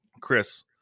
chris